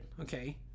Okay